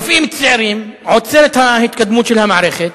רופאים צעירים, עוצר את ההתקדמות של המערכת.